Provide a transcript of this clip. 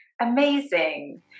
Amazing